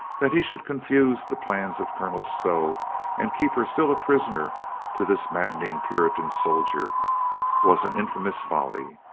that he should confuse the plans of colonel stow and keep her still a prisoner to this maddening puritan soldier was an infamous folly.